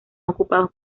ocupados